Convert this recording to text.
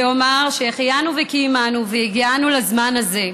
ואומר "שהחיינו וקיימנו והגיענו לזמן הזה".